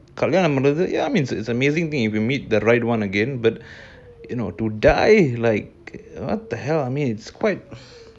another ya I mean it's an amazing thing if you meet the right one again but you know to die like what the hell I mean it's quite